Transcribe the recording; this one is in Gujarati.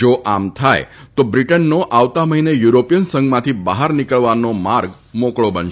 જો આમ થાય તો બ્રિટનનો આવતા મહિને યુરોપીયન સંઘમાંથી બહાર નિકળવાનો માર્ગ મોકળો બનશે